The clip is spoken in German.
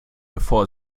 bevor